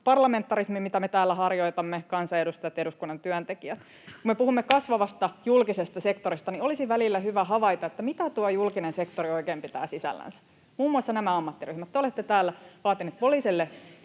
parlamentarismi, mitä me, kansanedustajat ja eduskunnan työntekijät, täällä harjoitamme. Kun me puhumme kasvavasta julkisesta sektorista, niin olisi välillä hyvä havaita, mitä tuo julkinen sektori oikein pitää sisällänsä: muun muassa nämä ammattiryhmät. Te olette täällä vaatineet poliisille